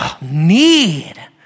need